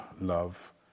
love